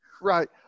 right